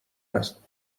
است